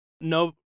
No